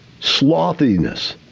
Slothiness